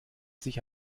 sich